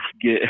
get